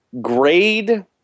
grade